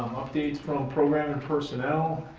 updates from program and personnel,